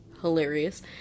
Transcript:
hilarious